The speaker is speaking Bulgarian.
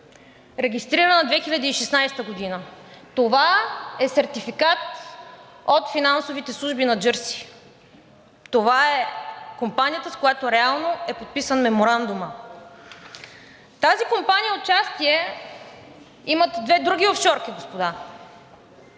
регистрирана 2016 г. (показва документ) – това е сертификат от финансовите служби на Джърси. Това е компанията, с която реално е подписан меморандумът. В тази компания участие имат две други офшорки, господа.